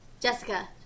Jessica